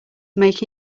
make